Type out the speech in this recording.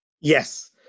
Yes